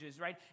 right